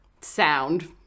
sound